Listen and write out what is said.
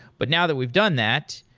but now that we've done that,